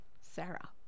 Sarah